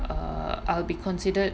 err I'll be considered